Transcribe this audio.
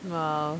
!wow!